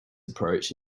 approach